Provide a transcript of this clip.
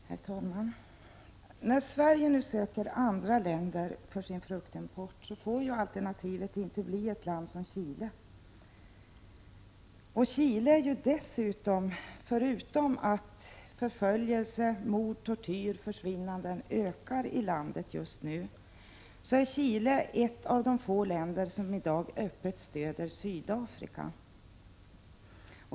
Herr talman! När Sverige nu söker andra länder för sin fruktimport får alternativet inte bli ett land som Chile. Förutom att förföljelser, mord, tortyr och försvinnanden ökar i landet just nu är Chile ett av de få länder som i dag öppet stöder Sydafrika.